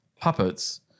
puppets